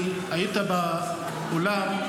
היית באולם,